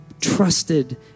trusted